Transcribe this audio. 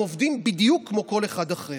הם עובדים בדיוק כמו כל אחד אחר.